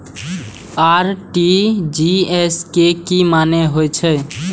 RTGS के की मानें हे छे?